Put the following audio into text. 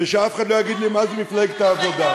אה, זאת,